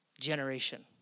generation